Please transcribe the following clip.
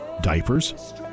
diapers